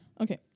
Okay